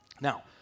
Now